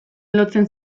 lotzen